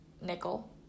Nickel